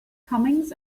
comings